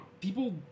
People